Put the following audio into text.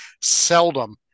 seldom